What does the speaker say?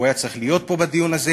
הוא היה צריך להיות פה בדיון הזה.